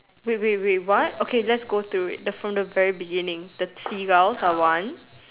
wait wait wait what okay let's go through it the from the very beginning the seagulls are one